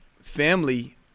family